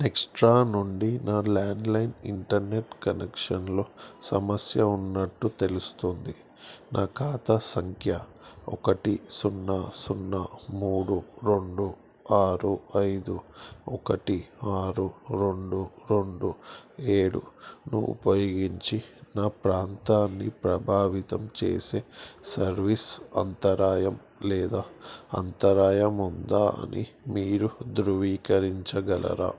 Nextra నుండి నా landline internet కనెక్షన్లో సమస్య ఉన్నట్టు తెలుస్తుంది నా ఖాతా సంఖ్య ఒకటి సున్నా సున్నా మూడు రెండు ఆరు ఐదు ఒకటి ఆరు రెండు రెండు ఏడును ఉపయోగించి నా ప్రాంతాన్ని ప్రభావితం చేసే సర్వీస్ అంతరాయం లేదా అంతరాయం ఉందా అని మీరు ధ్రువీకరించగలరా